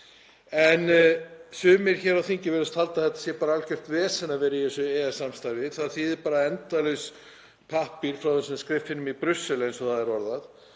Sumir hér á þingi virðast halda að það sé algjört vesen að vera í þessu EES-samstarfi og það þýði bara endalausan pappír frá þessum skriffinnum í Brussel, eins og það er orðað.